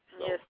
Yes